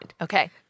Okay